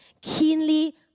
keenly